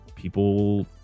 People